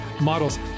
models